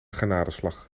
genadeslag